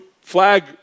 flag